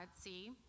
See